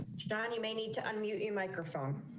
john you may need to unmute your microphone.